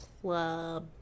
Club